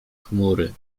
chmury